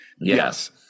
Yes